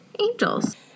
angels